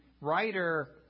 writer